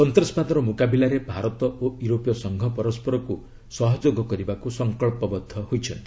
ସନ୍ତାସବାଦର ମୁକାବିଲାରେ ଭାରତ ଓ ୟୁରୋପୀୟ ସଂଘ ପରସ୍କରକୁ ସହଯୋଗ କରିବାକୁ ସଙ୍କଚ୍ଚବଦ୍ଧ ହୋଇଛନ୍ତି